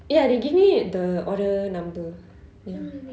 ya they gave me the order number ya